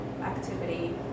activity